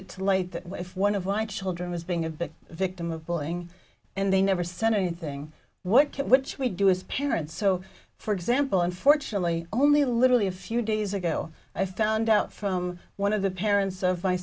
it to light that if one of my children was being a bit victim of bullying and they never sent anything what kit which we do as parents so for example unfortunately only literally a few days ago i found out from one of the parents of my